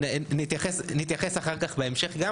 נתייחס אחר כך, גם בהמשך.